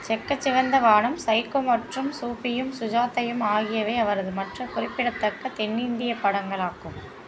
செக்கச் Chivantha Vaanam Psycho மற்றும் சூபியும் சுஜாதாயும் ஆகியவை அவரது மற்ற குறிப்பிடத்தக்க தென்னிந்தியப் படங்களாகும்